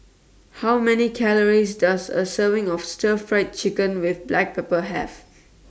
How Many Calories Does A Serving of Stir Fried Chicken with Black Pepper Have